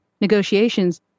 negotiations